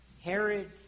Herod